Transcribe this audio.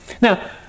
Now